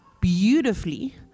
beautifully